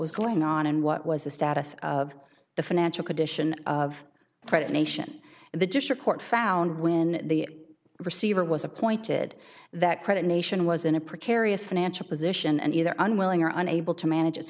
was going on and what was the status of the financial condition of the credit nation and the district court found when the receiver was appointed that creditor nation was in a precarious financial position and either unwilling or unable to manage